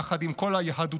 יחד עם כל היהדותופובים.